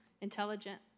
Intelligent